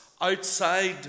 outside